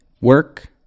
work